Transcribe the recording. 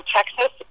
Texas